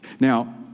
Now